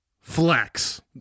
Flex